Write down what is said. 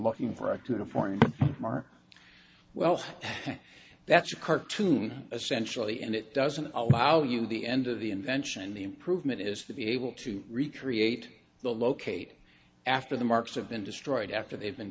looking for a to forn mark well that's a cartoon essentially and it doesn't allow you the end of the invention and the improvement is to be able to recreate the locate after the marks have been destroyed after they've been